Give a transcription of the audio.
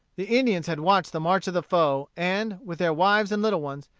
the indians had watched the march of the foe, and, with their wives and little ones,